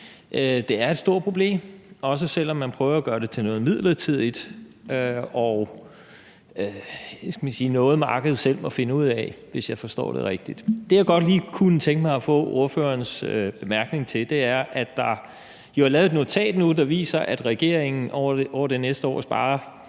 Det er et stort problem, også selv om man prøver at gøre det til noget midlertidigt og til noget, som markedet selv må finde ud af – hvis jeg forstår det rigtigt. Det, jeg godt lige kunne tænke mig at få ordførerens bemærkning til, er, at der jo er lavet et notat nu, der viser, at regeringen over det næste år vil spare